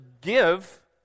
give